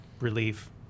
relief